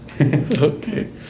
Okay